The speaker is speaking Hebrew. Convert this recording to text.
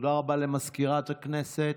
תודה רבה למזכירת הכנסת.